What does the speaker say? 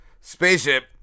Spaceship